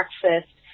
breakfast